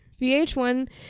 vh1